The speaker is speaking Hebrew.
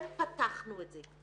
כן פתחנו את זה.